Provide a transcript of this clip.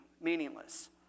meaningless